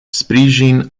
sprijin